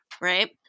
right